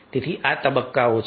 તેથી આ તે તબક્કાઓ છે